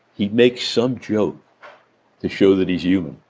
he makes some joke to show that he's human.